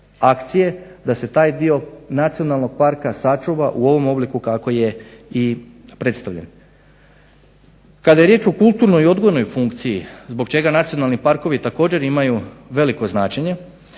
da se taj dio nacionalnog parka sačuva u ovom obliku kako je i predstavljeno. Kada je riječ o kulturnoj i odgojnoj funkciji zbog čega nacionalni parkovi također imaju veliko značenje